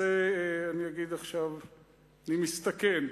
אני מסתכן,